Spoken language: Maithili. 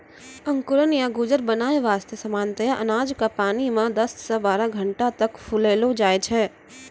अंकुरण या गजूर बनाय वास्तॅ सामान्यतया अनाज क पानी मॅ दस सॅ बारह घंटा तक फुलैलो जाय छै